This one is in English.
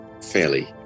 fairly